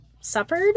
Suffered